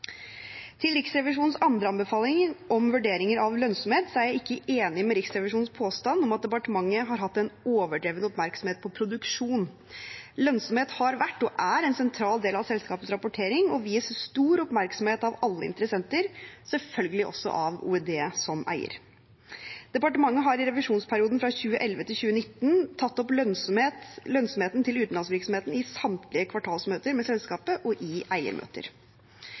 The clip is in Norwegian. Riksrevisjonens andre anbefaling, om vurderinger av lønnsomhet, er jeg ikke enig i Riksrevisjonens påstand om at departementet har hatt en overdreven oppmerksomhet på produksjon. Lønnsomhet har vært og er en sentral del av selskapets rapportering og vies stor oppmerksom av alle interessenter, selvfølgelig også av OED som eier. Departementet har i revisjonsperioden, fra 2011 til 2019, tatt opp lønnsomheten til utenlandsvirksomheten i samtlige kvartalsmøter med selskapet og i eiermøter.